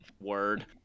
Word